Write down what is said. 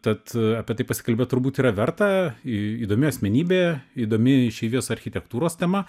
tad a apie tai pasikalbėt turbūt yra verta į įdomi asmenybė įdomi išeivijos architektūros tema